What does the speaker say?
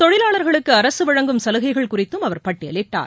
தொழிலாள்களுக்கு அரசு வழங்கும் சலுகைகள் குறித்தும் அவர் பட்டியலிட்டார்